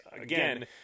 Again